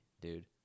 dude